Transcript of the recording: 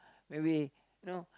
when we you know